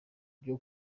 ryo